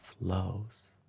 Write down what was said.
flows